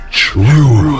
true